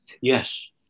Yes